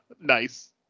Nice